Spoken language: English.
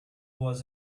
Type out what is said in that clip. was